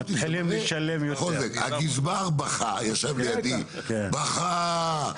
הגזבר ישב לידי בכה,